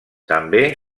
també